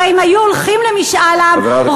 הרי אם היו הולכים למשאל עם,